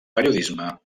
periodisme